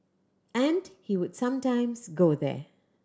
and he would sometimes go there